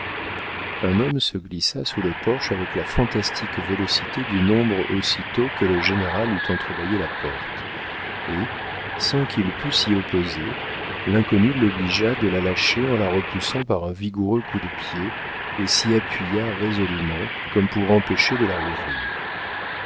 un homme se glissa sous le porche avec la fantastique vélocité d'une ombre aussitôt que le général eut entrebâillé la porte et sans qu'il pût s'y opposer l'inconnu l'obligea de la lâcher en la repoussant par un vigoureux coup de pied et s'y appuya résolûment comme pour empêcher de la rouvrir